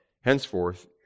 henceforth